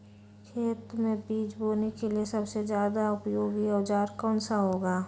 खेत मै बीज बोने के लिए सबसे ज्यादा उपयोगी औजार कौन सा होगा?